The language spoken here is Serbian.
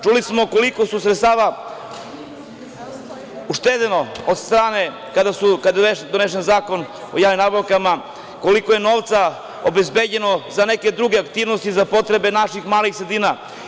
Čuli smo koliko su se sredstva uštedela kada je donet Zakon o javnim nabavkama, koliko je novca obezbeđeno za neke druge aktivnosti, za potrebe naših malih sredina.